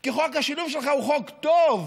כי חוק השילוב שלך הוא חוק טוב,